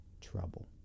trouble